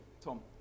Tom